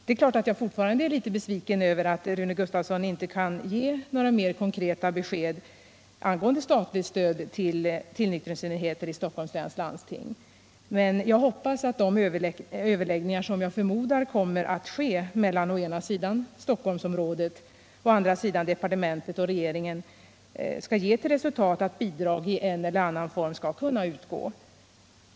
Det är klart att jag fortfarande är litet besviken över att Rune Gustavsson inte kan ge några mer konkreta besked angående statligt stöd till tillnyktringsenheter i Stockholms läns landsting, men jag hoppas att de överläggningar som jag förmodar kommer att ske mellan å ena sidan Stockholmsområdet och å andra sidan departementet och regeringen skall få till resultat att bidrag i en eller annan form skall kunna utgå.